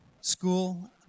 school